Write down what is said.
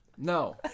No